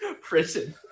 prison